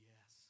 Yes